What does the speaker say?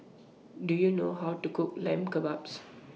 Do YOU know How to Cook Lamb Kebabs